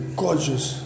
gorgeous